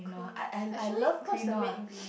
I I I love quinoa